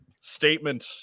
statement